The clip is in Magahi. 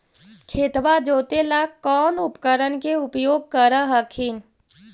खेतबा जोते ला कौन उपकरण के उपयोग कर हखिन?